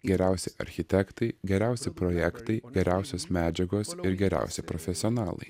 geriausi architektai geriausi projektai geriausios medžiagos ir geriausi profesionalai